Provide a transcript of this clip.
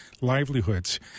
livelihoods